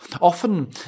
Often